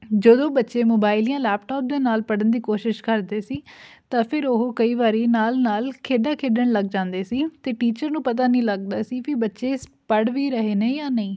ਜਦੋਂ ਬੱਚੇ ਮੋਬਾਇਲ ਜਾਂ ਲੈਪਟੋਪ ਦੇ ਨਾਲ ਪੜ੍ਹਨ ਦੀ ਕੋਸ਼ਿਸ਼ ਕਰਦੇ ਸੀ ਤਾਂ ਫਿਰ ਉਹ ਕਈ ਵਾਰੀ ਨਾਲ ਨਾਲ ਖੇਡਾਂ ਖੇਡਣ ਲੱਗ ਜਾਂਦੇ ਸੀ ਅਤੇ ਟੀਚਰ ਨੂੰ ਪਤਾ ਨਹੀਂ ਲੱਗਦਾ ਸੀ ਵੀ ਬੱਚੇ ਸ ਪੜ੍ਹ ਵੀ ਰਹੇ ਨੇ ਜਾਂ ਨਹੀਂ